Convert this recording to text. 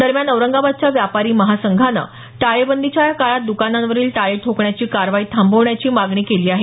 दरम्यान औरंगाबादच्या व्यापारी महासंघानं टाळेबंदीच्या या काळात द्कानांवरील टाळे ठोकण्याची कारवाई थांबवण्याची मागणी केली आहे